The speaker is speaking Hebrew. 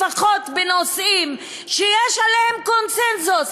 לפחות בנושאים שיש עליהם קונסנזוס,